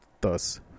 thus